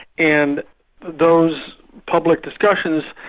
and those public discussions,